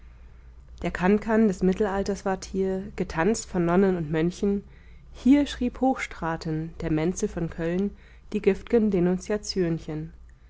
der cancan des mittelalters ward hier getanzt von nonnen und mönchen hier schrieb hochstraaten der menzel von köln die gift'gen